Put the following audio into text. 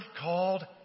called